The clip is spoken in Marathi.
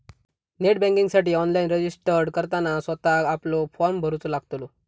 नेट बँकिंगसाठी ऑनलाईन रजिस्टर्ड करताना स्वतःक आपलो फॉर्म भरूचो लागतलो